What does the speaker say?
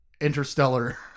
interstellar